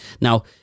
Now